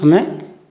ଆମେ